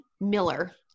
Miller